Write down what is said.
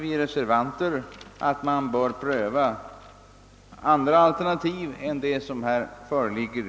Vi reservanter anser att man bör pröva andra alternativ än det som här föreligger.